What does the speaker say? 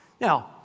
Now